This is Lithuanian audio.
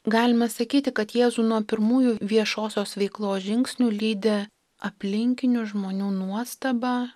galima sakyti kad jėzų nuo pirmųjų viešosios veiklos žingsnių lydi aplinkinių žmonių nuostaba